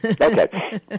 okay